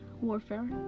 warfare